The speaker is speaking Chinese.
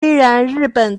日本